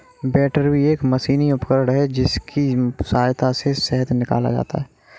बैटरबी एक मशीनी उपकरण है जिसकी सहायता से शहद निकाला जाता है